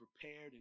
prepared